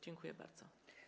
Dziękuję bardzo.